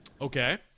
Okay